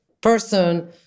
person